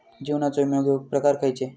जीवनाचो विमो घेऊक प्रकार खैचे?